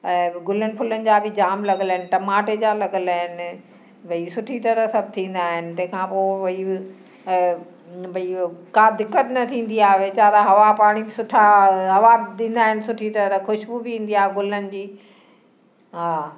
ऐं गुलन फुलन जा बि जाम लॻल आहिनि टमाटे जा लॻल आहिनि भई सुठी तरह सां सब थींदा आहिनि भई तंहिंखां पोइ भई इहो का बि दिक़तु न थींदी आहे वेचारा हवा पाणी सुठा हवा बि ॾींदा आहिनि सुठी तरह खुशबू ब ईंदी आहे गुलनि जी हा